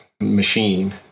machine